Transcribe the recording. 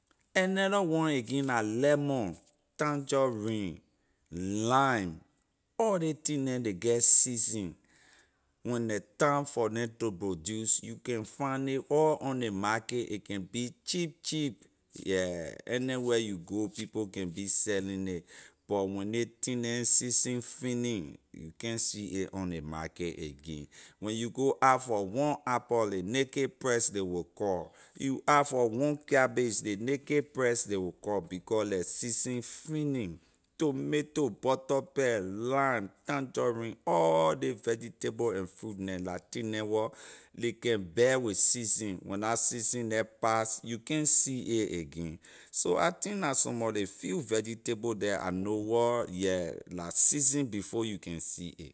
Another one again la lemon tangerine lime all ley thing neh ley get season when la time for neh to produce you can find nay all on ley market a can be cheap cheap yeah anywhere you go people can be selling nay but when ley thing neh season finish you can’t see a on ley markay again when you go ask for one apple ley naked price ley will call you ask for one cabbage ley naked price ley will call leh season finish tomato butter pea lime tangerine all ley vegetable and fruit neh la thing neh wor ley can bear with season when la season the pass you can’t see a again so I think la some mor ley few vegetable the I know wor yeah la season before you can see a.